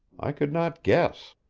i could not guess.